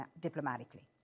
diplomatically